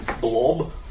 blob